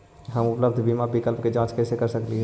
हम उपलब्ध बीमा विकल्प के जांच कैसे कर सकली हे?